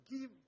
give